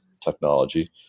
technology